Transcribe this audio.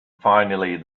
finally